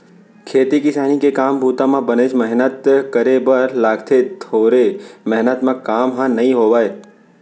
खेती किसानी के काम बूता म बनेच मेहनत करे बर लागथे थोरे मेहनत म काम ह नइ होवय